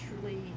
truly